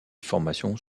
formations